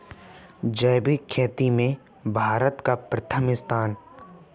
जैविक खेती में भारत का प्रथम स्थान